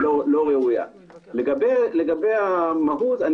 לגבי המהות,